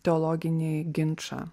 teologinį ginčą